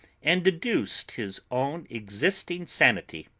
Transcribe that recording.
and adduced his own existing sanity.